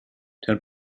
ten